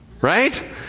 right